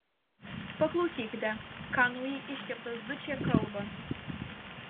paklausykite ką naujai iškeptas dučė kalba